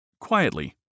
Quietly